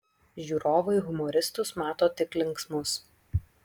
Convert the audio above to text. žiūrovai humoristus mato tik linksmus